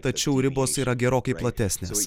tačiau ribos yra gerokai platesnės